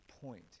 point